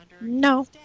No